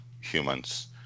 humans